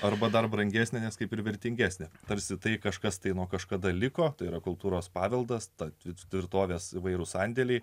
arba dar brangesnė nes kaip ir vertingesnė tarsi tai kažkas tai nuo kažkada liko tai yra kultūros paveldas tad tvirtovės įvairūs sandėliai